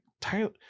Tyler